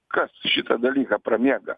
kas šitą dalyką pramiega